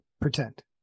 pretend